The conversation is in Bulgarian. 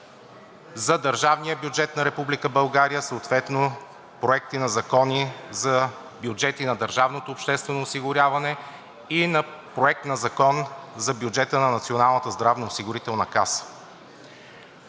за държавния бюджет на Република България, съответно Проект на закон за бюджета на държавното обществено осигуряване и Проект на закон за бюджета на Националната здравноосигурителна каса.